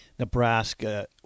Nebraska